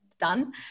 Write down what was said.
done